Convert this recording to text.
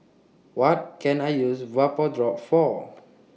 What Can I use Vapodrops For